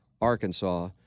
Arkansas